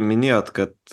minėjot kad